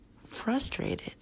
frustrated